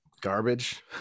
garbage